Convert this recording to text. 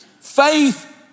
Faith